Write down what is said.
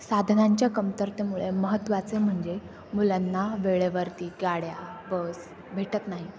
साधनांच्या कमतरतेमुळे महत्त्वाचे म्हणजे मुलांना वेळेवरती गाड्या बस भेटत नाही